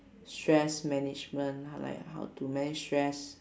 stress management h~ like how to manage stress